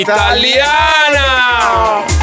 Italiana